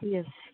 yes